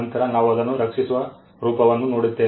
ನಂತರ ನಾವು ಅದನ್ನು ರಕ್ಷಿಸುವ ರೂಪವನ್ನು ನೋಡುತ್ತೇವೆ